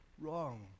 wrong